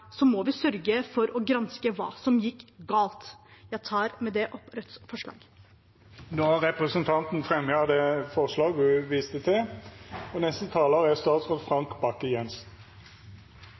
så må vi sørge for å granske hva som gikk galt. Jeg tar med dette opp Rødts forslag i saken. Då har representanten Seher Aydar teke opp det forslaget ho viste til.